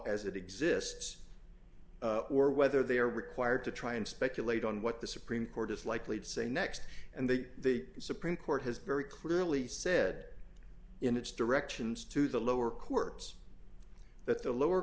as it exists or whether they are required to try and speculate on what the supreme court is likely to say next and the supreme court has very clearly said in its directions to the lower courts that the lower